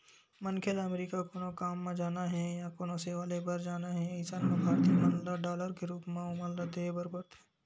मनखे ल अमरीका कोनो काम म जाना हे या कोनो सेवा ले बर जाना हे अइसन म भारतीय मन ल डॉलर के रुप म ओमन ल देय बर परथे